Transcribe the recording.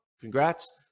Congrats